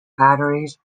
batteries